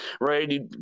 right